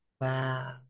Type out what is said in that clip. Wow